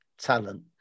talent